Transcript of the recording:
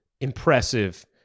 impressive